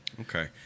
Okay